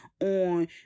on